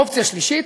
אופציה שלישית: